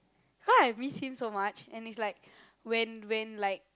how I miss him so much and it's like when when like